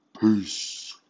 Peace